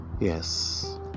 Yes